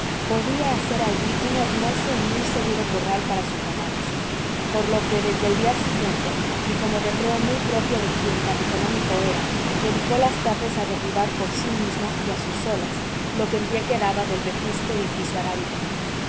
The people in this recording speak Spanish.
podía hacer allí un hermoso y muy seguro corral para sus ganados por lo que desde el día siguiente y como recreo muy propio de quien tan económico era dedicó las tardes a derribar por sí mismo y a sus solas lo que en pie quedaba del vetusto edificio arábigo